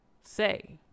say